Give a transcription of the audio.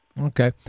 Okay